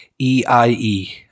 EIE